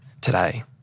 today